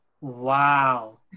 Wow